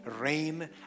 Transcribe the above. rain